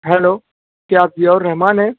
hello کیا آپ ضیاءالرحمان ہیں